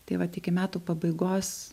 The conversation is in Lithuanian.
tai vat iki metų pabaigos